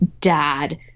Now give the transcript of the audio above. dad